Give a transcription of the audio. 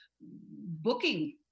booking